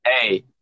hey